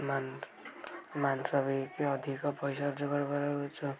ମାଂସ ବିକିକି ଅଧିକ ପଇସା ରୋଜଗାର